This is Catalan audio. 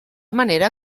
manera